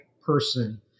person